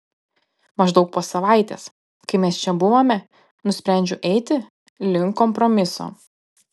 maždaug po savaitės kai mes čia buvome nusprendžiau eiti link kompromiso